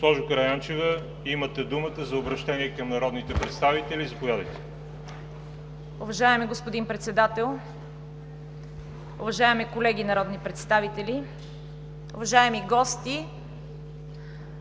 Госпожо Караянчева, имате думата за обръщение към народните представители. Заповядайте. ЦВЕТА КАРАЯНЧЕВА (ГЕРБ): Уважаеми господин Председател, уважаеми колеги народни представители, уважаеми гости!